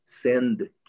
Send